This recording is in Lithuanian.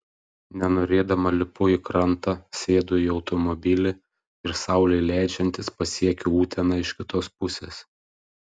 nenorėdama lipu į krantą sėdu į automobilį ir saulei leidžiantis pasiekiu uteną iš kitos pusės